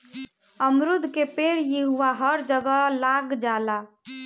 अमरूद के पेड़ इहवां हर जगह लाग जाला